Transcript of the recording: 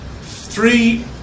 three